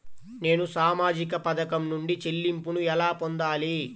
నేను సామాజిక పథకం నుండి చెల్లింపును ఎలా పొందాలి?